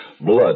Blood